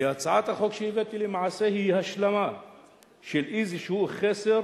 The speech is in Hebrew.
כי הצעת החוק שהבאתי למעשה היא השלמה של איזשהו חסר